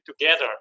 together